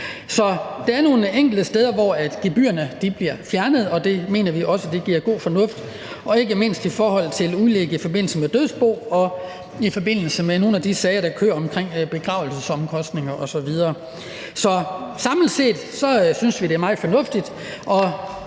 Der er nogle enkelte steder, hvor gebyrerne bliver fjernet, og det mener vi også der er sund fornuft i, ikke mindst i forhold til udlæg i forbindelse med dødsbo og i forbindelse med nogle af de sager, der kører, om begravelsesomkostninger osv. Så samlet set synes vi, det er meget fornuftigt.